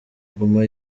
guma